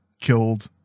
killed